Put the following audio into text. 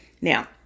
Now